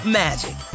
magic